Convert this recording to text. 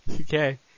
Okay